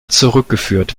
zurückgeführt